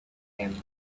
them